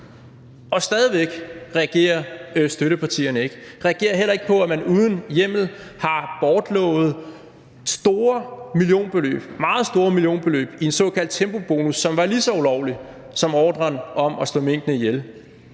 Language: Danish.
og stadig væk reagerer støttepartierne ikke. De reagerer heller ikke på, at man uden hjemmel har bortlovet store millionbeløb, meget store millionbeløb, i en såkaldt tempobonus, som var lige så ulovlig som ordren om at slå minkene ihjel.